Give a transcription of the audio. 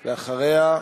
לאחריה,